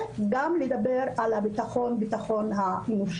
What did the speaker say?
וגם לדבר על הביטחון האנושי.